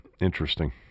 Interesting